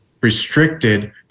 restricted